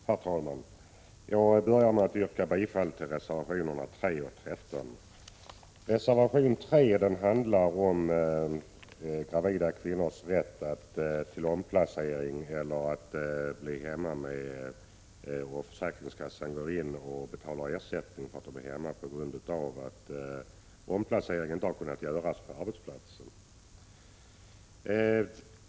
Herr talman! Jag börjar med att yrka bifall till reservationerna 3 och 13. Reservation 3 handlar om gravida kvinnors rätt till omplacering eller att vara hemma med ersättning från försäkringskassan på grund av att omplacering inte har kunnat ordnas på arbetsplatsen.